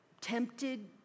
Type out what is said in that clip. tempted